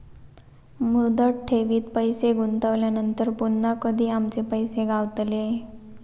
मुदत ठेवीत पैसे गुंतवल्यानंतर पुन्हा कधी आमचे पैसे गावतले?